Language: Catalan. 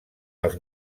els